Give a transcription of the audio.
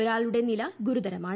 ഒരാളുടെ നില ഗുരുതരമാണ്